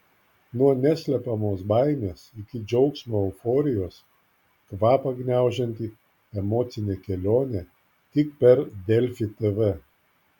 nuo neslepiamos baimės iki džiaugsmo euforijos kvapą gniaužianti emocinė kelionė tik per delfi tv